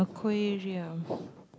aquarium